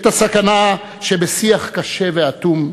את הסכנה שבשיח קשה ואטום.